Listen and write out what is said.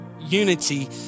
unity